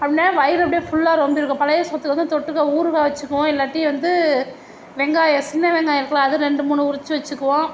அப்படின்னா வயிறு அப்டியே ஃபுல்லாக ரொம்பிருக்கும் பழைய சோற்றுக்கு வந்து தொட்டுக்க ஊறுகாய் வெச்சுக்குவோம் இல்லாட்டி வந்து வெங்காயம் சின்ன வெங்காயம் இருக்குல அதை ரெண்டு மூணு உரித்து வெச்சுக்குவோம்